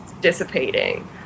dissipating